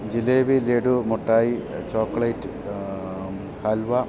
jalebi laddu mithai chocolate halwa